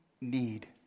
need